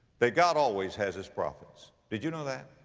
that god always has his prophets. did you know that?